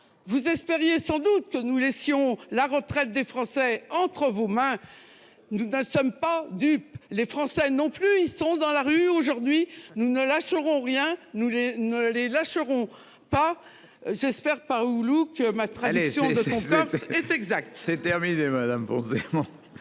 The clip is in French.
Vous espériez sans doute que nous laisserions la retraite des Français entre vos mains. Nous ne sommes pas dupes, les Français non plus. Ils sont dans la rue aujourd'hui. Nous ne lâcherons rien ; nous ne les lâcherons pas. » J'espère, cher Paulu, que ma traduction de ton corse est exacte. Il manque l'accent